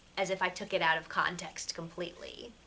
as if i took it out of context completely.